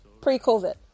Pre-COVID